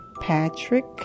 Patrick